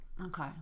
okay